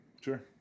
Sure